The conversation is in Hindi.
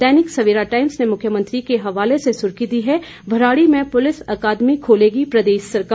दैनिक सवेरा टाईम्स ने मुख्यमंत्री के हवाले से सुर्खी दी है भराड़ी में पुलिस अकादमी खोलेगी प्रदेश सरकार